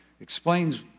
explains